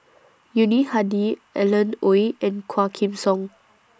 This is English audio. Yuni Hadi Alan Oei and Quah Kim Song